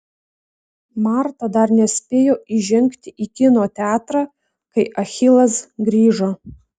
marta dar nespėjo įžengti į kino teatrą kai achilas grįžo